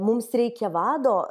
mums reikia vado